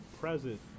present